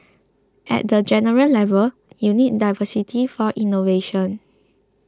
at the general level you need diversity for innovation